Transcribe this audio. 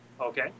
Okay